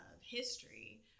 history